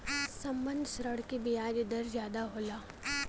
संबंद्ध ऋण के बियाज दर जादा होला